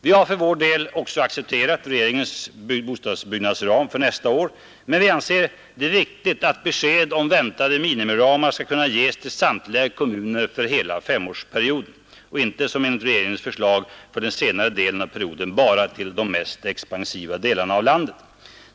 Vi har för vår del också accepterat regeringens bostadsbyggnadsram för nästa år, men vi anser det viktigt att besked om väntade minimiramar skall kunna ges till samtliga kommuner för hela femårsperioden, inte som enligt regeringens förslag för den senare delen av perioden bara till de mest expansiva delarna av landet.